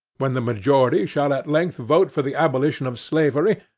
when the majority shall at length vote for the abolition of slavery,